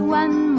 one